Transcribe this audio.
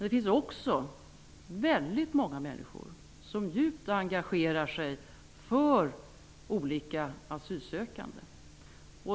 Det finns också väldigt många människor som djupt engagerar sig för olika asylsökande.